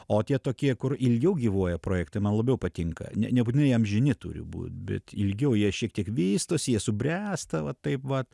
o tie tokie kur ilgiau gyvuoja projektai man labiau patinka ne nebūtinai amžini turi būt bet ilgiau jie šiek tiek vystosi jie subręsta va taip vat